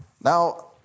Now